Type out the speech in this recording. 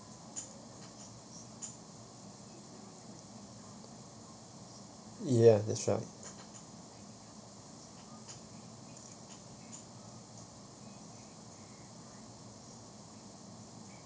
ya that's right